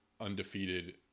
undefeated